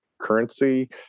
Currency